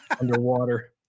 underwater